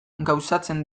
gauzatzen